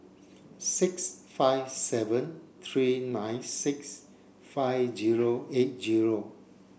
six five seven three nine six five zero eight zero